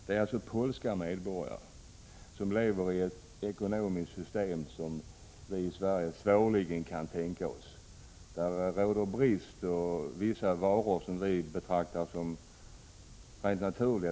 Det är alltså fråga om polska medborgare som lever i ett ekonomiskt system som vi i Sverige svårligen kan tänka oss in i. Där råder brist på vissa varor som vi betraktar som helt nödvändiga.